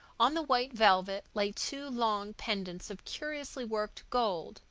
on the white velvet lay two long pendants of curiously worked gold,